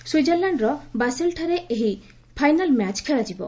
ସ୍ୱିଜର୍ଲ୍ୟାଣ୍ଡର ବାସେଲ୍ଠାରେ ଏହି final match ଖେଳାଯିବ